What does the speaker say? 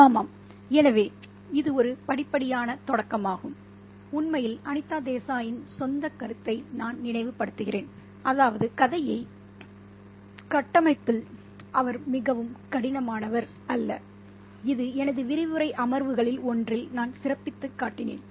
ஆமாம் எனவே இது ஒரு படிப்படியான தொடக்கமாகும் உண்மையில் அனிதா தேசாயின் சொந்த கருத்தை நான் நினைவுபடுத்துகிறேன் அதாவது கதையை கட்டமைப்பதில் அவர் மிகவும் கடினமானவர் அல்ல இது எனது விரிவுரை அமர்வுகளில் ஒன்றில் நான் சிறப்பித்துக் காட்டினேன்